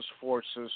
forces